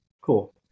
cool